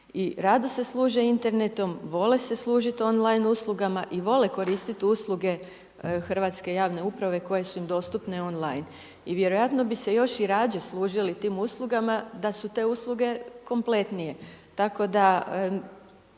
rado se služe internetom, vole se služiti on-line uslugama i vole koristiti usluge Hrvatske javne uprave koje su im dostupne on-line. I vjerojatno bi se još i radije koristili tim uslugama da su te usluge kompletnije,